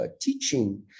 teaching